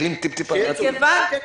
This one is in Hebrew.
מסתכלים טיפה קדימה.